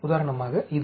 உதாரணமாக இது